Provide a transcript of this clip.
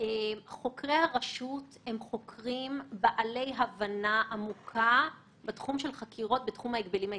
חוקרי הרשות הם חוקרים בעלי הבנה עמוקה בחקירות בתחום ההגבלים העסקיים.